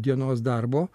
dienos darbo